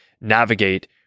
navigate